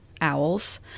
owls